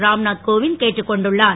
ராம்நாத் கோவிந்த கேட்டுக்கொண்டுள்ளார்